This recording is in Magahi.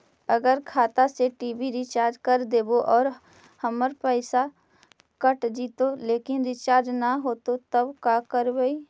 अगर खाता से टी.वी रिचार्ज कर देबै और हमर पैसा कट जितै लेकिन रिचार्ज न होतै तब का करबइ?